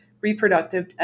reproductive